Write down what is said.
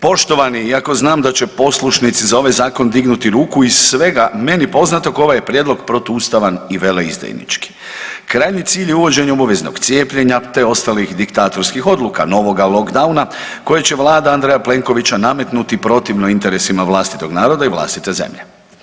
Poštovani, iako znam da će poslušnici za ovaj Zakon dignuti ruku iz svega meni poznatog, ovaj je Prijedlog protuustavan i veleizdajnički, krajnji cilj uvođenje obaveznog cijepljenja te ostalih diktatorskih odluka, novoga lockdowna koji će Vlada Andreja Plenkovića nametnuti protivno interesima vlastitog naroda i vlastite zemlje.